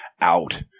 out